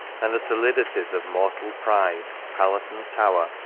and the solidities of mortal pride. palace and tower,